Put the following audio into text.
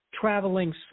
traveling